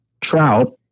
trout